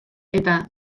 eta